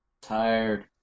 Tired